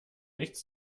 nichts